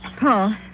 Paul